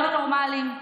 הלא-נורמליים,